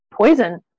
poison